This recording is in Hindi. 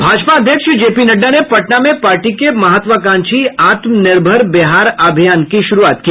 भाजपा अध्यक्ष जेपी नड्डा ने पटना में पार्टी के महत्वाकांक्षी आत्मनिर्भर बिहार अभियान की शुरूआत की